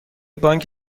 بانک